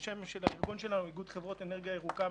השם של הארגון הוא איגוד חברות אנרגיה ירוקה.